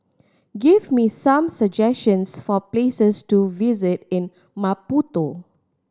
give me some suggestions for places to visit in Maputo